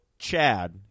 chad